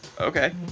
Okay